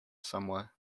somewhere